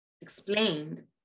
explained